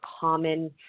common